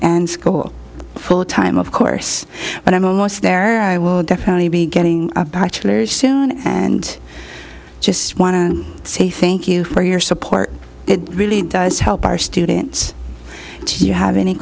and school full time of course but i'm almost there i will definitely be getting a bachelor's soon and i just want to say thank you for your support it really does help our students do you have any